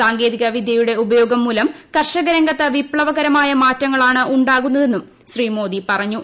സാങ്കേതിക വിദ്യയുടെ ഉപയോഗംമൂലം കാർഷികരംഗത്ത് വിപ്ലവകരമായ മാറ്റങ്ങളാണ് ഉണ്ടാകുന്നതെന്നും ശ്രീ മോദി പറഞ്ഞു